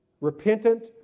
repentant